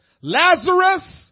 Lazarus